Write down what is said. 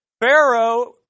Pharaoh